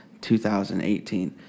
2018